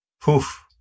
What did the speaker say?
Poof